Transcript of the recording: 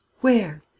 Where